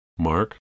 Mark